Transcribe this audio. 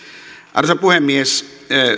arvoisa puhemies